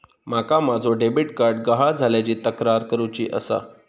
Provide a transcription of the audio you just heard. माका माझो debit card गहाळ झाल्याची तक्रार करुची आसा